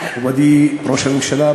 מכובדי ראש הממשלה,